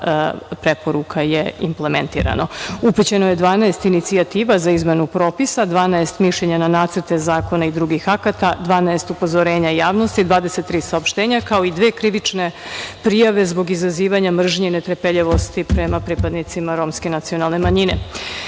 preporuka je implementirano. Upućeno je 12 inicijativa za izmenu propisa, 12 mišljenja na nacrte zakona i drugih akata, 12 upozorenja javnosti, 23 saopštenja, kao i dve krivične prijave zbog izazivanja mržnje i netrpeljivosti prema pripadnicima romske nacionalne manjine. Pre